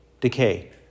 decay